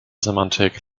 semantik